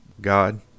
God